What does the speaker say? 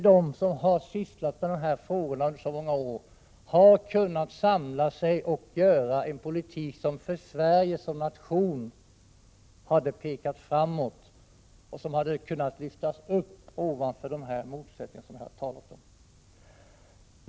De som sysslat med dessa frågor i många år har inte kunnat samla sig till en politik som för Sverige som nation har pekat framåt. De har inte kunnat lyfta upp sig ovanför de motsättningar jag talat om.